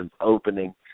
opening